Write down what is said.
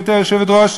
גברתי היושבת-ראש,